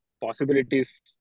possibilities